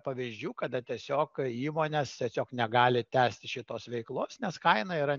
pavyzdžių kada tiesiog įmonės tiesiog negali tęsti šitos veiklos nes kaina yra